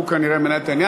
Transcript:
הוא כנראה מנהל את העניין.